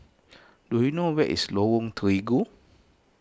do you know where is Lorong Terigu